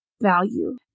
value